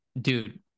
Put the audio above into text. dude